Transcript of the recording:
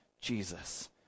Jesus